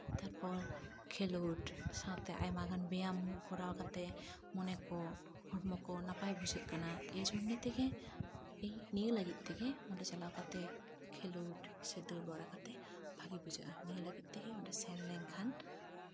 ᱛᱟᱨᱯᱚᱨ ᱠᱷᱮᱞᱳᱰ ᱥᱟᱶᱛᱮ ᱟᱭᱢᱟ ᱜᱟᱱ ᱵᱮᱭᱟᱢ ᱠᱚᱨᱟᱣ ᱠᱟᱛᱮ ᱢᱚᱱᱮ ᱠᱚ ᱦᱚᱲᱢᱚ ᱠᱚ ᱱᱟᱯᱟᱭ ᱵᱩᱡᱷᱟᱹᱜ ᱠᱟᱱᱟ ᱮᱭ ᱡᱚᱱᱱᱮ ᱛᱮᱜᱮ ᱱᱤᱭᱟᱹ ᱞᱟᱹᱜᱤᱫ ᱛᱮᱜᱮ ᱚᱸᱰᱮ ᱪᱟᱞᱟᱣ ᱠᱟᱛᱮ ᱠᱷᱮᱞᱳᱰ ᱥᱮ ᱫᱟᱹᱲ ᱵᱟᱲᱟ ᱠᱟᱛᱮ ᱵᱷᱟᱜᱮ ᱵᱩᱡᱷᱟᱹᱜᱼᱟ ᱱᱤᱭᱟᱹ ᱞᱟᱹᱜᱤᱫ ᱛᱮᱜᱮ ᱥᱮᱱ ᱞᱮᱱᱠᱷᱟᱱ